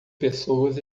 pessoas